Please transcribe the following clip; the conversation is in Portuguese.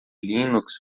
linux